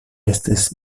estis